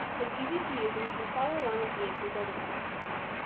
it's easy to use and you can follow along with me as we build a concept map.